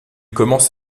commence